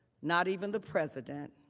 not even the president